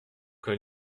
qu’un